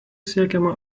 siekiama